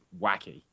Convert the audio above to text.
wacky